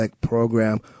program